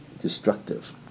destructive